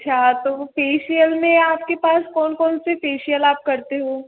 अच्छा तो फेशियल में आपके पास कौन कौन से फेशियल आप करते हो